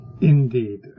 indeed